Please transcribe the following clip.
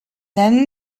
then